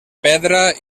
pedra